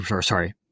sorry